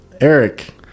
eric